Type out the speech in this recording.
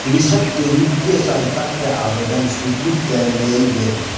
कृषक के वित्तीय सहायता के आवेदन स्वीकृत कय लेल गेल